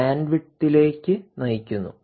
ബാൻഡ്വിഡ്ത്തിലേക്ക് നയിക്കുന്നു